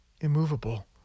immovable